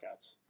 workouts